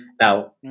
now